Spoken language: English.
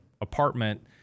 apartment